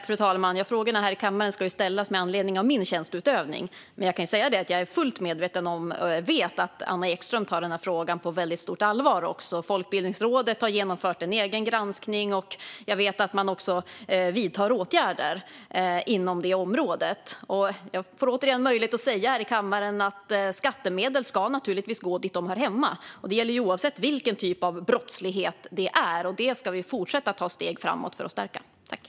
Fru talman! Frågorna här i kammaren ska ju ställas med anledning av min tjänsteutövning. Men jag vet att Anna Ekström tar denna fråga på väldigt stort allvar. Folkbildningsrådet har genomfört en egen granskning, och jag vet att man också vidtar åtgärder inom området. Jag får återigen möjlighet att här i kammaren säga att skattemedel naturligtvis ska gå dit där de hör hemma. Detta gäller oavsett vilken typ av brottslighet det rör sig om. Vi ska fortsätta att ta steg framåt för att stärka detta.